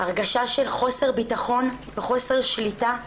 הרגשה של חוסר ביטחון וחוסר שליטה.